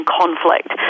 conflict